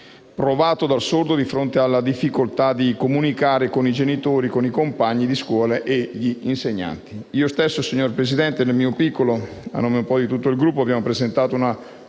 impotenza di fronte alla difficoltà di comunicare con i genitori, i compagni di scuola e gli insegnanti. Io stesso, signor Presidente, nel mio piccolo e a nome di tutto il Gruppo, ho presentato un